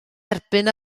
erbyn